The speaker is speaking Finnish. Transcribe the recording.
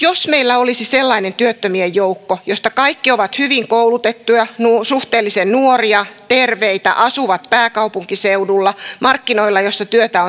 jos meillä olisi sellainen työttömien joukko josta kaikki ovat hyvin koulutettuja suhteellisen nuoria terveitä asuvat pääkaupunkiseudulla markkinoilla missä työtä